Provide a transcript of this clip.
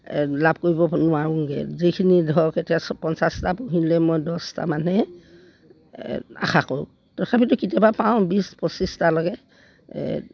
লাভ কৰিব নোৱাৰোঁগৈ যিখিনি ধৰক এতিয়া পঞ্চাছটা পুহিলে মই দহটামানহে আশা কৰোঁ তথাপিতো কেতিয়াবা পাওঁ বিছ পঁচিছটালৈকে